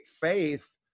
faith